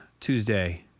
Tuesday